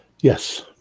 Yes